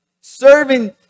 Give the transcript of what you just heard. serving